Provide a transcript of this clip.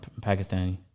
Pakistani